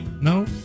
No